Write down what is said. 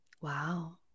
Wow